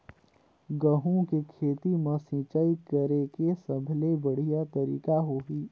गंहू के खेती मां सिंचाई करेके सबले बढ़िया तरीका होही?